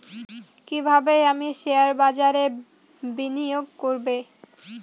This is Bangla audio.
কিভাবে আমি শেয়ারবাজারে বিনিয়োগ করবে?